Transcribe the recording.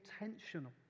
intentional